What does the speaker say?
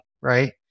right